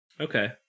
Okay